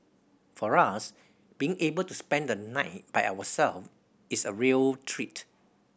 for us being able to spend the night by ourselves is a real treat